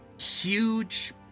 huge